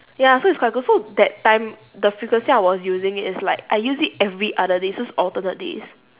ya so it's quite good so that time the frequency I was using it is like I use it every other day so it's alternate days